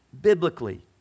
biblically